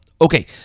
Okay